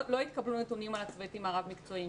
אבל לא התקבלו נתונים על הצוותים הרב-מקצועיים.